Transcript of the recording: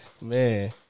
Man